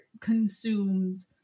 consumed